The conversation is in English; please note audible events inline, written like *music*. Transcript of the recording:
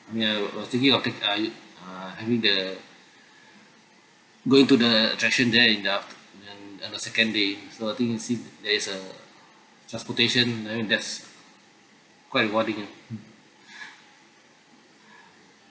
ya was was thinking of take a uh having the *breath* going to the attraction there in the af~ on on the second day so I think to see if there's a transportation I mean that's quite rewarding ah mm *breath*